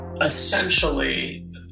essentially